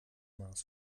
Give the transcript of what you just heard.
maß